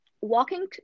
walking